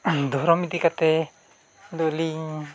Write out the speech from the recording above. ᱫᱷᱚᱨᱚᱢ ᱤᱫᱤ ᱠᱟᱛᱮᱫ ᱫᱚᱞᱤᱧ